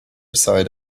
side